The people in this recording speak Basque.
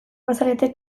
bazarete